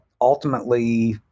ultimately